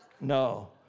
No